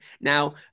Now